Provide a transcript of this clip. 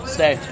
Stay